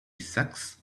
sacks